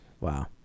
Wow